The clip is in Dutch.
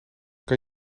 kan